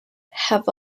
have